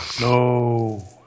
No